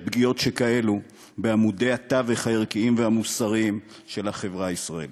פגיעות שכאלה בעמודי התווך הערכיים והמוסריים של החברה הישראלית.